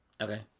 Okay